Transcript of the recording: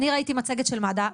אני ראיתי מצגת של מד"א,